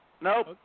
Nope